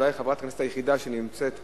אולי חברת הכנסת היחידה שנמצאת פה,